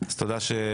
אז תודה שהגעתם.